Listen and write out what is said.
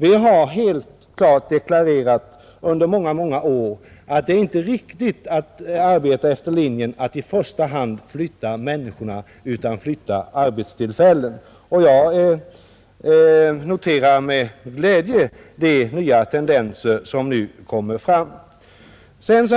Vi har under många år klart deklarerat att det inte är riktigt att arbeta efter linjen att i första hand flytta människorna, utan man skall i stället flytta arbetstillfällena, och jag noterar med glädje de nya tendenser som nu kommer till synes.